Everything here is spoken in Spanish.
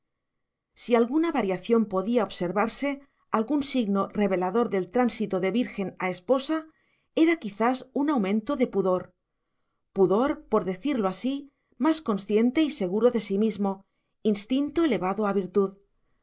si alguna variación podía observarse algún signo revelador del tránsito de virgen a esposa era quizás un aumento de pudor pudor por decirlo así más consciente y seguro de sí mismo instinto elevado a virtud